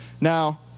Now